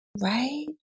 Right